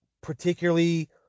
particularly